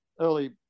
early